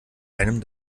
einem